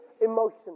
emotion